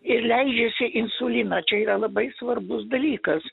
ir leidžiasi insuliną čia yra labai svarbus dalykas